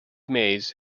maize